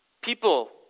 People